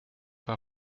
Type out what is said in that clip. war